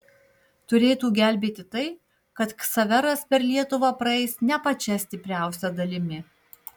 turėtų gelbėti tai kad ksaveras per lietuvą praeis ne pačia stipriausia dalimi